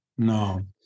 No